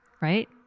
Right